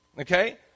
Okay